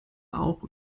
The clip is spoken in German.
auch